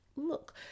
look